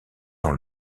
dans